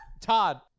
Todd